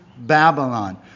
Babylon